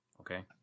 okay